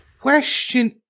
question